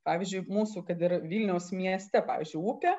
pavyzdžiui mūsų kad ir vilniaus mieste pavyzdžiui upė